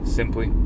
simply